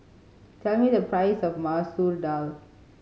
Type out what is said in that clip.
tell me the price of Masoor Dal